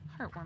heartwarming